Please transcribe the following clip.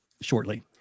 shortly